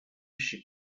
she